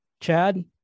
Chad